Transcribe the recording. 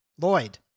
Lloyd